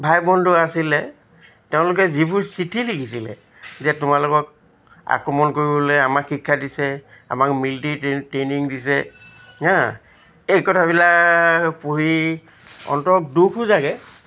ভাই বন্ধু আছিলে তেওঁলোকে যিবোৰ চিঠি লিখিছিলে যে তোমালোকক আক্ৰমণ কৰিবলৈ আমাক শিক্ষা দিছে আমাক মিলিটেৰী টে ট্ৰেইনিং দিছে হা এই কথাবিলাক পঢ়ি অন্তৰত দুখো জাগে